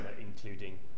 including